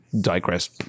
digress